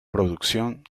producción